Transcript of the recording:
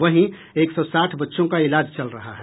वहीं एक सौ साठ बच्चों का इलाज चल रहा है